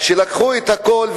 לקחו את הכול,